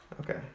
Okay